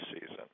season